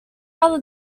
rather